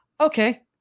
Okay